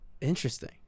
Interesting